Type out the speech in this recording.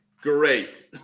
great